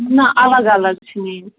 نہ الگ الگ چھِ نِنۍ